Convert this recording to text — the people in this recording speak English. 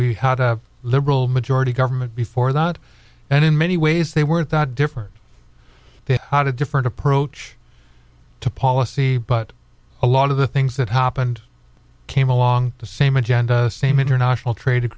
we had a liberal majority government before that and in many ways they weren't that different they had a different approach to policy but a lot of the things that happened came along the same agenda same international trade